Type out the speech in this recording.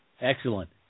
Excellent